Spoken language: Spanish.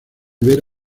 ver